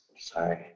sorry